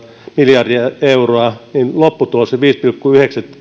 miljardia euroa ja lopputulos viisi pilkku